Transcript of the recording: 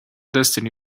destiny